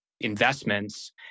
investments